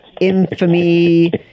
infamy